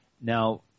Now